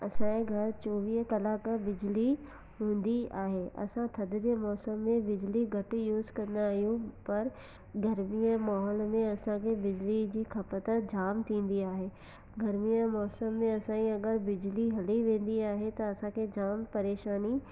असांजे घरि चोवीह कलाक बिजली हूंदी आहे असां थधि जे मौसम में बिजली घटि यूज़ कंदा आहियूं पर गर्मीअ जे माहौल में असांखे बिजली जी खपत जाम थींदी आहे गर्मीअ मौसम में असांजी अगरि बिजली हली वेंदी आहे त असांखे जाम परेशानी